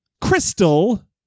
Crystal